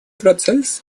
процесс